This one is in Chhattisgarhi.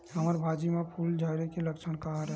हमर भाजी म फूल झारे के लक्षण का हरय?